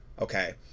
okay